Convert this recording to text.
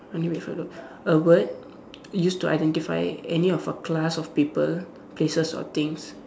I need wait for load a word used to identify any of a class of people places or things